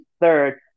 third